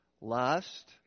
lust